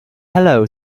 hello